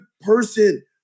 person